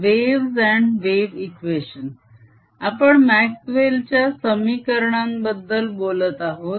waves and wave equation आपण Maxwell च्या समीकरणांबद्दल बोलत आहोत